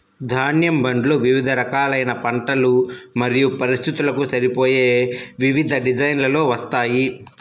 ధాన్యం బండ్లు వివిధ రకాలైన పంటలు మరియు పరిస్థితులకు సరిపోయే వివిధ డిజైన్లలో వస్తాయి